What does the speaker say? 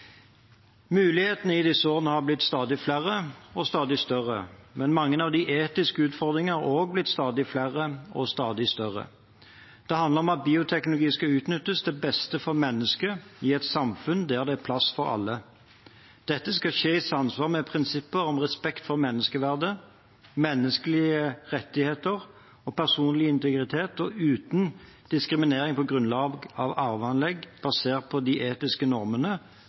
Mulighetene i disse årene har blitt stadig flere og stadig større, men mange av de etiske utfordringene har også blitt stadig flere og stadig større. Det handler om at bioteknologi skal utnyttes til beste for mennesker i et samfunn der det er plass til alle. Dette skal skje i samsvar med prinsipper om respekt for menneskeverd, menneskelige rettigheter og personlig integritet og uten diskriminering på grunnlag av arveanlegg basert på etiske